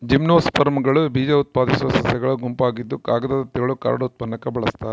ಜಿಮ್ನೋಸ್ಪರ್ಮ್ಗಳು ಬೀಜಉತ್ಪಾದಿಸೋ ಸಸ್ಯಗಳ ಗುಂಪಾಗಿದ್ದುಕಾಗದದ ತಿರುಳು ಕಾರ್ಡ್ ಉತ್ಪನ್ನಕ್ಕೆ ಬಳಸ್ತಾರ